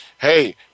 Hey